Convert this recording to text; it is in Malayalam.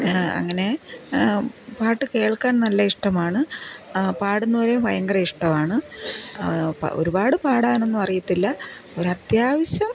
അങ്ങനെ പാട്ട് കേൾക്കാൻ നല്ല ഇഷ്ടമാണ് പാടുന്നവരെയും ഭയങ്കര ഇഷ്ടമാണ് ഒരുപാട് പാടാനൊന്നും അറിയത്തില്ല ഒരത്യാവശ്യം